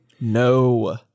No